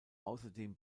außerdem